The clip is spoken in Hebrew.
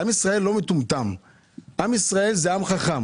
עם ישראל לא מטומטם; עם ישראל זה עם חכם.